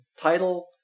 title